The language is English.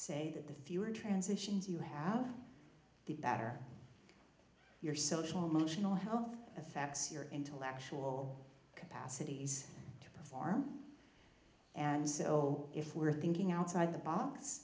say that the fewer transitions you have the better your social emotional health affects your intellectual capacities to perform and so if we're thinking outside the box